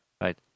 Right